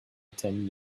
ten